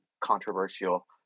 controversial